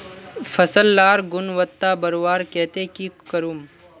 फसल लार गुणवत्ता बढ़वार केते की करूम?